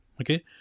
okay